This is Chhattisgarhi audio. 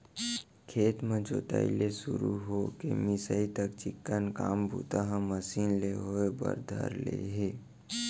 खेत के जोताई ले सुरू हो के मिंसाई तक चिक्कन काम बूता ह मसीन ले होय बर धर ले हे